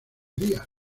día